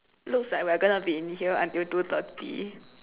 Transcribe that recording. looks like we're going to be in here until two thirty